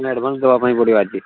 ନା ଆଡ଼ଭାନ୍ସ ଦେବା ପାଇଁ ପଡ଼ିବ ଆଜି